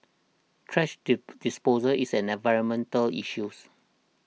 thrash D disposal is an environmental issues